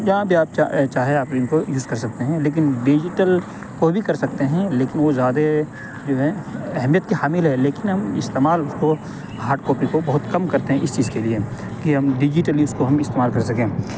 جہاں بھی آپ چاہے آپ ان کو یوز کر سکتے ہیں لیکن ڈیجیٹل کوئی بھی کر سکتے ہیں لیکن وہ زیادہ جو ہے اہمیت کی حامل ہے لیکن ہم استعمال اس کو ہاڈ کاپی کو بہت کم کرتے ہیں اس چیز کے لیے کہ ہم ڈیجیٹل یوز کو ہم استعمال کر سکیں